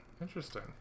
interesting